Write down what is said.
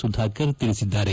ಸುಧಾಕರ್ ತಿಳಿಸಿದ್ದಾರೆ